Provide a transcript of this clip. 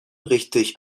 richtig